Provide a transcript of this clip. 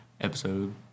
Episode